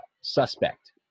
suspect